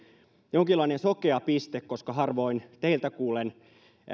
jonkinlainen sokea piste koska harvoin teiltä kuulen